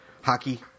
Hockey